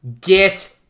Get